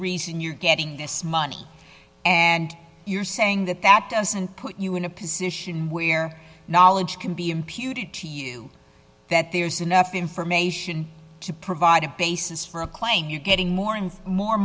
reason you're getting this money and you're saying that that doesn't put you in a position where knowledge can be imputed to you that there's enough information to provide a basis for a claim you're getting more and more